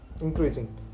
increasing